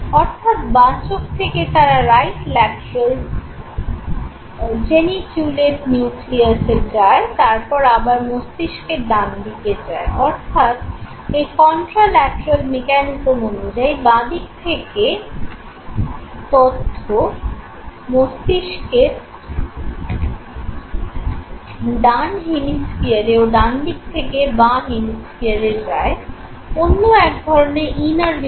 অর্থাৎ বাঁ চোখ থেকে তারা রাইট ল্যাটেরাল জেনিকিউলেট নিউক্লিয়াস